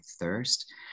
thirst